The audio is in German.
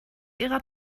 ihrer